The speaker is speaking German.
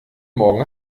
morgen